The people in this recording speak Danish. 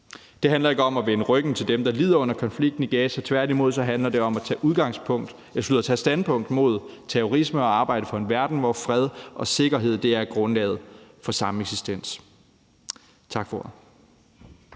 Det handler ikke om at vende ryggen til dem, der lider under konflikten i Gaza. Tværtimod handler det om at tage et standpunkt imod terrorisme og arbejde for en verden, hvor fred og sikkerhed er grundlaget for sameksistens. Tak for